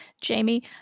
Jamie